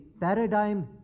paradigm